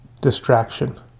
distraction